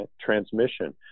transmission